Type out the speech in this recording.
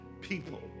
People